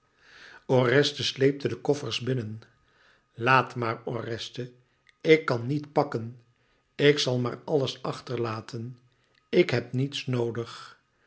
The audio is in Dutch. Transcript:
oreste sleepte de koffers binnen laat maar oreste ik kan niet pakken ik zal maar alles achterlaten ik heb niets noodig